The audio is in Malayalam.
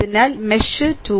അതിനാൽ മെഷ് 2